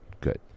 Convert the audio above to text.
good